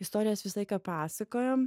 istorijas visą laiką pasakojom